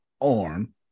arm